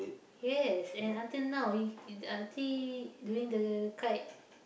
yes and until know he he I think during the kite